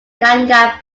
ganga